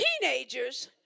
Teenagers